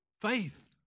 faith